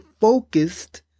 focused